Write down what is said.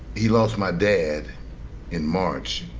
he lost my dad in march.